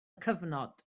cyfnod